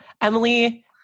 Emily